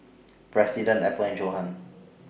President Apple and Johan